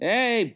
Hey